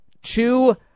two